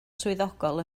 swyddogol